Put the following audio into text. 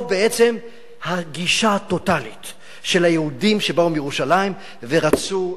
או בעצם הגישה הטוטלית של היהודים שבאו מירושלים ורצו.